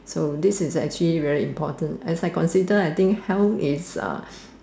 so this is actually very important as I considered I think health is